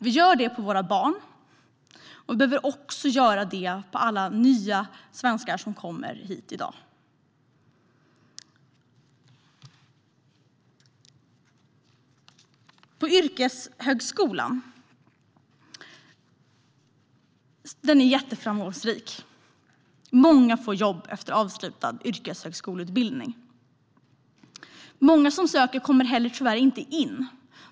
Vi gör det på våra barn, och vi behöver också göra det på alla nya svenskar som kommer hit i dag. Yrkeshögskolan är jätteframgångsrik. Många får jobb efter avslutad yrkeshögskoleutbildning. Men många som söker kommer tyvärr inte in.